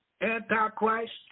Antichrist